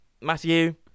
Matthew